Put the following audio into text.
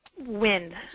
wind